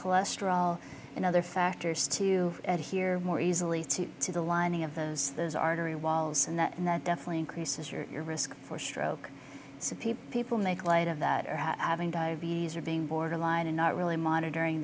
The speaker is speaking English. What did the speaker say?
cholesterol and other factors to add here more easily to to the lining of those those artery walls and that and that definitely increases your risk for stroke subpoena people make light of that having diabetes or being borderline and not really monitoring